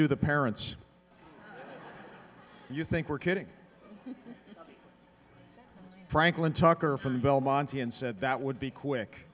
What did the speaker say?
do the parents you think we're kidding franklin talker from belmonte and said that would be quick